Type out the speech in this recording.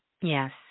Yes